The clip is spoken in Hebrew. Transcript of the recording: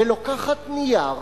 ולוקחת נייר,